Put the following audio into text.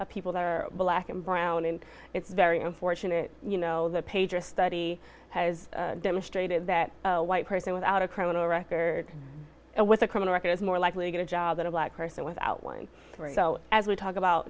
of people that are black and brown and it's very unfortunate you know the pager study has demonstrated that white person without a criminal record with a criminal record is more likely to get a job at a black person without one so as we talk about